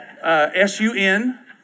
S-U-N